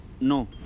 no